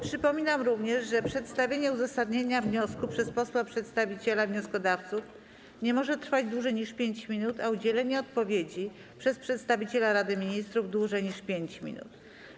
Przypominam również, że przedstawienie uzasadnienia wniosku przez posła przedstawiciela wnioskodawców nie może trwać dłużej niż 5 minut, a udzielenie odpowiedzi przez przedstawiciela Rady Ministrów - dłużej niż 5 minut.